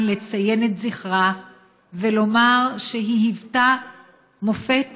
היום לציין את זכרה ולומר שהיא היוותה מופת